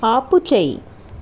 ఆపుచేయి